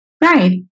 Right